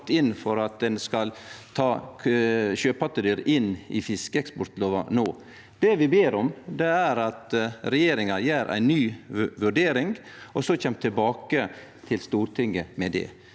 for at ein skal ta sjøpattedyr inn i fiskeeksportlova no. Det vi ber om, er at regjeringa gjer ei ny vurdering og så kjem tilbake til Stortinget med det.